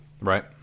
Right